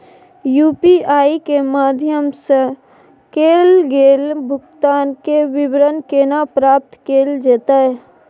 UPI के माध्यम सं कैल गेल भुगतान, के विवरण केना प्राप्त कैल जेतै?